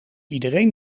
iedereen